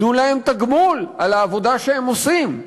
תנו להם תגמול על העבודה שהם עושים.